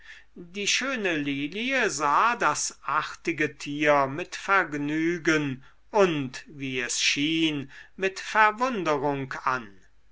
die schöne lilie sah das artige tier mit vergnügen und wie es schien mit verwunderung an